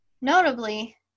notably